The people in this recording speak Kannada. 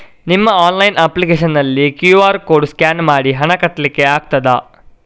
ನಿಮ್ಮ ಆನ್ಲೈನ್ ಅಪ್ಲಿಕೇಶನ್ ನಲ್ಲಿ ಕ್ಯೂ.ಆರ್ ಕೋಡ್ ಸ್ಕ್ಯಾನ್ ಮಾಡಿ ಹಣ ಕಟ್ಲಿಕೆ ಆಗ್ತದ?